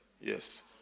Yes